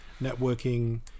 networking